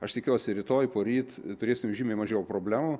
aš tikiuosi rytoj poryt turėsim žymiai mažiau problemų